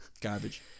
garbage